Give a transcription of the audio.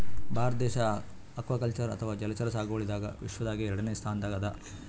ಭಾರತ ದೇಶ್ ಅಕ್ವಾಕಲ್ಚರ್ ಅಥವಾ ಜಲಚರ ಸಾಗುವಳಿದಾಗ್ ವಿಶ್ವದಾಗೆ ಎರಡನೇ ಸ್ತಾನ್ದಾಗ್ ಅದಾ